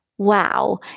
Wow